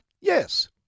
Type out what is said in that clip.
Yes